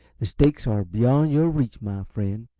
the stakes are beyond your reach, my friend.